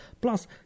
plus